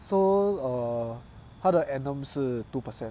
so err 它的 annum 是 two per cent